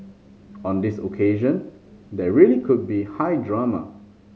on this occasion there really could be high drama